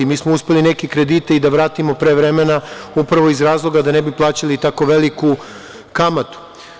Mi smo uspeli neke kredite i da vratimo pre vremena upravo iz razloga da ne bi plaćali tako veliku kamatu.